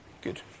Good